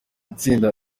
itsinda